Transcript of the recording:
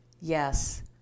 Yes